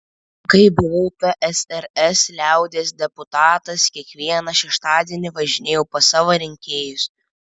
kai buvau tsrs liaudies deputatas kiekvieną šeštadienį važinėjau pas savo rinkėjus